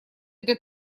для